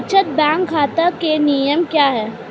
बचत बैंक खाता के नियम क्या हैं?